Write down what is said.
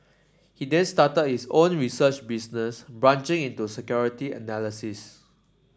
he then started his own research business branching into securities analysis